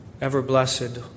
ever-blessed